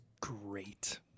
great